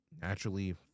naturally